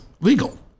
legal